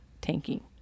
tanking